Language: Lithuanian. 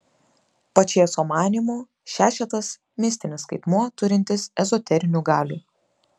pačėso manymu šešetas mistinis skaitmuo turintis ezoterinių galių